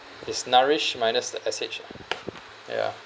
is nourish minus the S_H lah ya